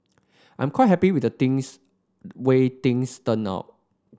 I'm quite happy with the things way things turned out